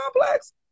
complex